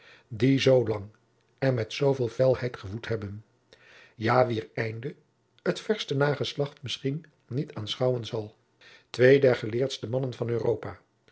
die zoo lang en met zooveel felheid gewoed hebben ja wier einde het verste nageslacht misschien niet aanschouwen zal twee der geleerdste mannen van europa